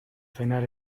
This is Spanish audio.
cenar